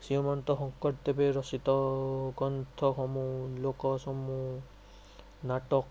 শ্ৰীমন্ত শংকৰদেৱে ৰচিত গ্ৰন্থসমূহ লোকচসমূহ নাটক